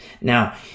Now